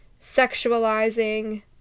sexualizing